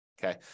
Okay